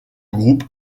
groupe